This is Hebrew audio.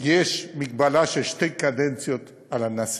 יש מגבלה של שתי קדנציות על הנשיא.